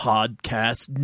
Podcast